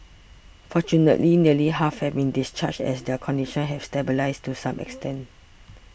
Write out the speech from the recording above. fortunately nearly half have been discharged as their condition have stabilised to some extent